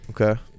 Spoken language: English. Okay